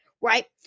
Right